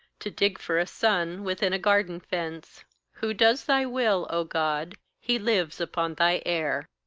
to dig for a sun within a garden-fence who does thy will, o god, he lives upon thy air.